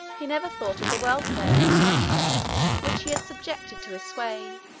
he never thought of the welfare of the countries which he had subjected to his sway,